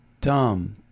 dumb